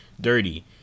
dirty